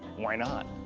why not?